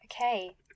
okay